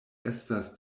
estas